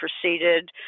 proceeded